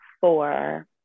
four